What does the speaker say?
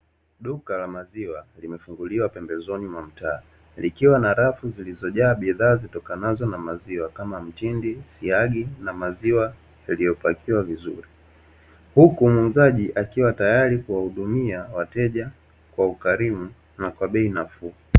Duka la maziwa limefunguliwa pembezoni mwa mtaa likiwa na rafu zilizojaa bidhaa zitokanazo na maziwa, kama mtindi siagi na maziwa yaliyopakiwa vizuri, huku muuzaji akiwa tayari kuwahudumia wateja kwa ukarimu na kwa bei nafuu.